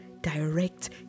direct